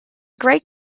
great